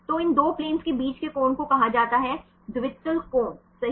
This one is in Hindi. तो इन 2 प्लेन्स के बीच के कोण को कहा जाता है द्वितल कोण सही